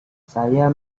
saya